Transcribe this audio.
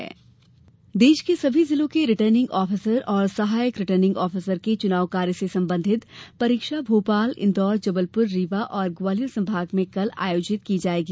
चुनाव परीक्षा देश के सभी जिलों के रिटर्निंग ऑफिसर और सहायक रिटर्निंग ऑफिसर की चुनाव कार्य से संबंधित परीक्षा भोपाल इंदौर जबलपुर रीवा और ग्वालियर संभाग में कल आयोजित की जायेगी